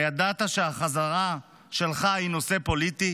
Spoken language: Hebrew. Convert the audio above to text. הידעת שהחזרה שלך היא נושא פוליטי?